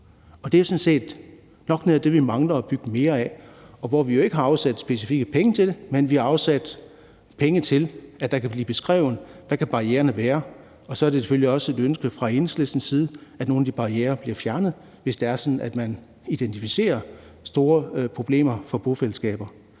det er nok noget af det, vi mangler at bygge mere af, og hvor vi jo ikke har afsat specifikke penge til det, men vi har afsat penge til, at det kan blive beskrevet, hvad barriererne kan være. Og så er det selvfølgelig også et ønske fra Enhedslistens side, at nogle af de barrierer bliver fjernet, hvis det er sådan, at man identificerer store problemer for bofællesskaber.